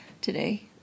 today